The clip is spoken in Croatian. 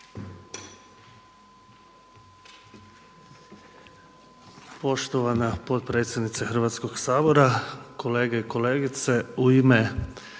Poštovana potpredsjednice Hrvatskog sabora, kolege i kolegice, u ime